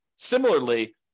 Similarly